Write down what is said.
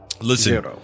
Listen